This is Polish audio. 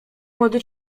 młody